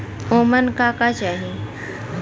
ओमन का का चाही?